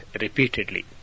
repeatedly